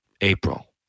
April